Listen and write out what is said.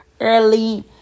early